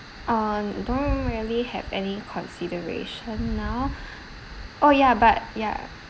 uh don't really have any consideration now oh yeah but ya